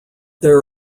there